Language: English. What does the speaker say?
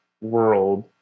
world